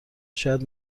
شاید